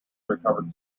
recovered